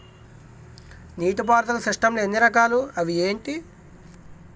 నీటిపారుదల సిస్టమ్ లు ఎన్ని రకాలు? అవి ఏంటి?